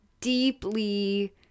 deeply